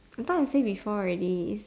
I thought I say before already